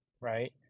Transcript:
right